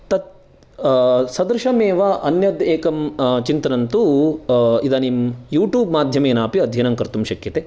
तत् सदृशमेव अन्यद् एकं चिन्तनं तु इदानीं यूट्यूब् माध्यमेनापि अध्ययनं कर्तुं शक्यते